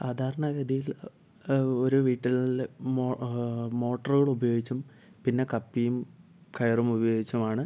സാധാരണ ഗതിയിൽ ഒരു വീട്ടിൽ മോട്ടറുകളുപയോഗിച്ചും പിന്നേ കപ്പിയും കയറുമുപയോഗിച്ചാണ്